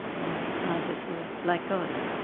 you know, scientists were like gods.